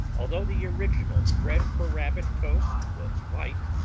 although the original bread for rabbit toast was white,